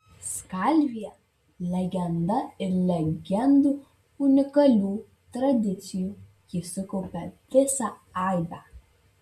skalvija legenda ir legendų unikalių tradicijų ji sukaupė visą aibę